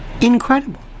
incredible